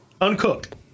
Uncooked